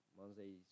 Mondays